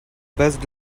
best